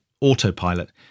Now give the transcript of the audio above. autopilot